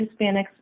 Hispanics